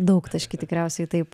daugtaškį tikriausiai taip